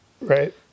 Right